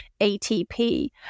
ATP